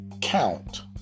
count